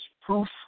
proof